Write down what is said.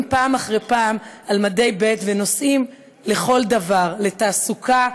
פעם אחרי פעם על מדי ב' ונוסעים לכל דבר: לתעסוקה,